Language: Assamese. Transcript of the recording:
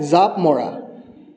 জাঁপ মৰা